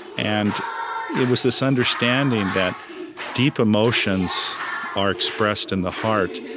and it was this understanding that deep emotions are expressed in the heart,